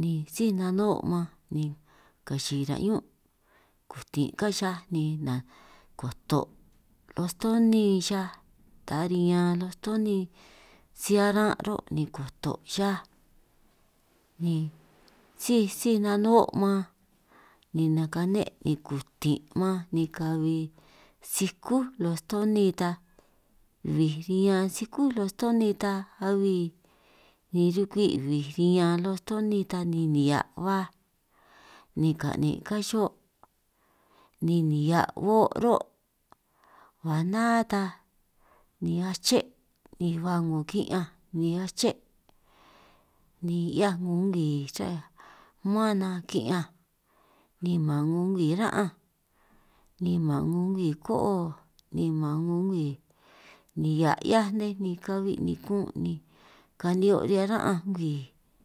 ni síj nanuhuo' man ni kachi'i ra' ñún kutin' kán xihia, ni na koto' toj lostoni xihia ta riñan lostoni si aran' ro' ni koto' xihiaj, ni síj síj nanuhuo' man ni nakane' ni kutin' man ni kabi sikú lostoni ta, bij riñanj sikú lostoni ta abi ni rukwi bij riñan lostoni ta ni nihia' baj, ni ka'nin' kán xihiój ni nihia' o' ró' ba ná ta ni aché' ni ba 'ngo ki'ñanj ni aché' ni 'hiaj 'ngo ngwii xa man nej ki'ñanj, ni man 'ngo ra'ánj ni man 'ngo ko'o, ni man 'ngo ngwi nihia' 'hiaj nej ni kabi' ni kun' ni ka'anj ni'hio' ñan ra'anj ngwii.